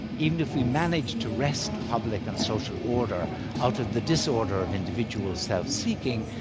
even if we managed to wrest public and social order out of the disorder of individual self-seeking,